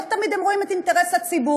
לא תמיד הם רואים את אינטרס הציבור.